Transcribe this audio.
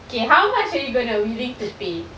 okay how much are you gonna willing to pay